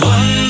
One